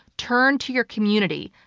turn to your community.